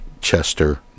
Chester